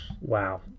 Wow